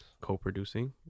Co-producing